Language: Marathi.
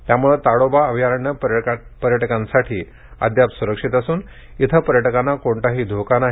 त्यामुळे ताडोबा अभयारण्य पर्यटकांसाठी अद्याप सुरक्षित असून येथे पर्यटकांना कोणताही धोका नाही